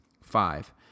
Five